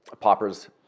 Poppers